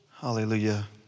Hallelujah